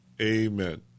amen